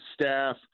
staff